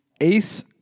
ace